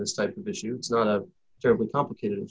this type of issue it's not a terribly complicated